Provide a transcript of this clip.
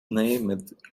named